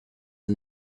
and